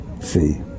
see